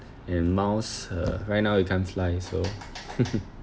and miles uh right now you can't fly so